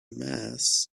mass